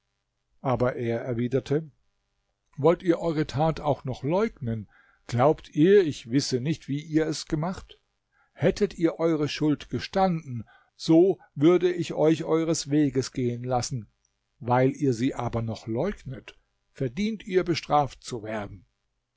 aber er erwiderte wollt ihr eure tat auch noch leugnen glaubt ihr ich wisse nicht wie ihr es gemacht hättet ihr eure schuld gestanden so würde ich euch eueres weges gehen lassen weil ihr sie aber noch leugnet verdient ihr bestraft zu werden